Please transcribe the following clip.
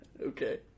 Okay